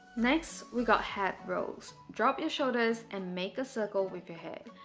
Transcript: next we got hat rolls drop your shoulders and make a circle with your head.